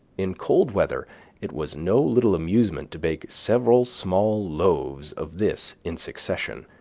in cold weather it was no little amusement to bake several small loaves of this in succession,